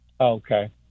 Okay